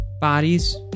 bodies